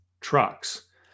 trucks